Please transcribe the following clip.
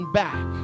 back